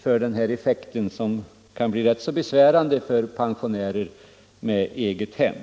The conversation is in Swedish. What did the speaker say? för effekten av dessa höjda taxeringsvärden, som kan bli rätt besvärande för pensionärer med egna hem.